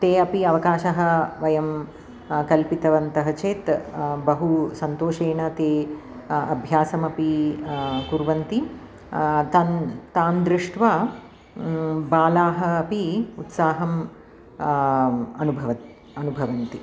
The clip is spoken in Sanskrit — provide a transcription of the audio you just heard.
ते अपि अवकाशः वयं कल्पितवन्तः चेत् बहु सन्तोषेण ते अभ्यासमपि कुर्वन्ति तान् तान् दृष्ट्वा बालाः अपि उत्साहं अनुभवति अनुभवन्ति